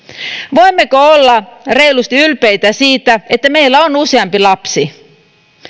voimmeko olla reilusti ylpeitä siitä että meillä on useampi lapsi